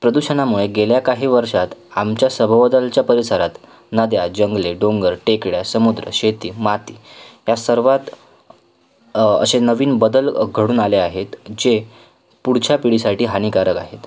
प्रदूषणामुळे गेल्या काही वर्षात आमच्या सभोवतालच्या परिसरात नद्या जंगले डोंगर टेकड्या समुद्र शेती माती या सर्वात असे नवीन बदल घडून आले आहेत जे पुढच्या पिढीसाठी हानिकारक आहेत